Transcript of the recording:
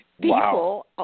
People